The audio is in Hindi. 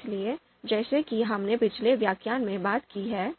इसलिए जैसा कि हमने पिछले व्याख्यान में बात की है